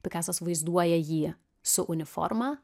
pikasas vaizduoja jį su uniforma